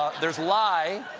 there's lie,